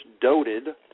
doted